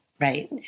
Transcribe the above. right